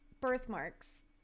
Birthmarks